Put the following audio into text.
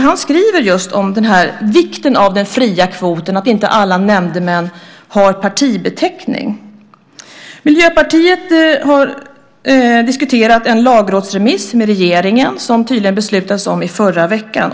Han skriver just om vikten av den fria kvoten, att inte alla nämndemän har partibeteckning. Miljöpartiet har diskuterat en lagrådsremiss med regeringen, som det tydligen beslutades om i förra veckan.